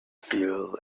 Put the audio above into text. feel